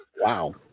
wow